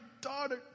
daughter